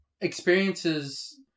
experiences